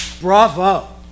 Bravo